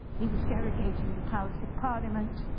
he was derogating the powers of parliament,